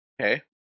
Okay